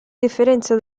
differenzia